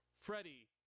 Freddie